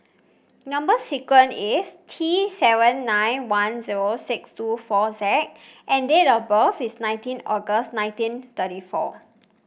number sequence is T seven nine one zero six two four Z and date of birth is nineteen August nineteen thirty four